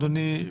אדוני,